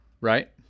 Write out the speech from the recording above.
Right